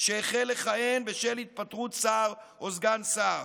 שהחל לכהן בשל התפטרות שר או סגן שר,